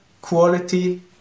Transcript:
quality